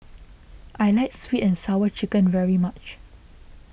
I like Sweet and Sour Chicken very much